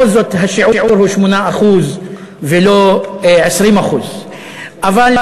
ובכל זאת, השיעור הוא 8% ולא 20%. אבל,